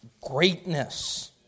Greatness